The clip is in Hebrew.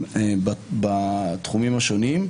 בתחומים השונים.